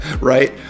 right